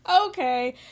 okay